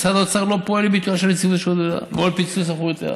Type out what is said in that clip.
משרד האוצר לא פועל לביטול נציבות שירות המדינה ולא לפיצול סמכויותיה.